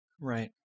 Right